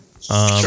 Sure